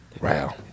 Wow